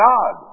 God